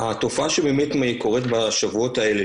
התופעה שבאמת קורית בשבועות האלה,